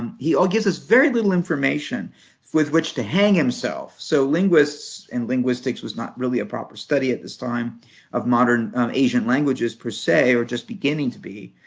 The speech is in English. um he ah gives us very little information with which to hang himself. so, linguists and linguistics was not really a proper study at this time of modern asian languages per se, or just beginning to be.